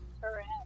Correct